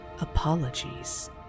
apologies